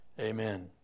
Amen